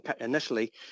initially